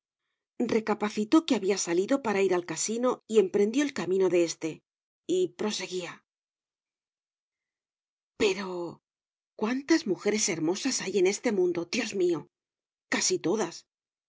recapacitó que había salido para ir al casino y emprendió el camino de éste y proseguía pero cuántas mujeres hermosas hay en este mundo dios mío casi todas